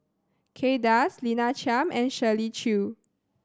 Kay Das Lina Chiam and Shirley Chew